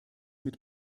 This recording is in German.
mit